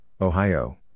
Ohio